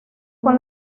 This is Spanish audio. con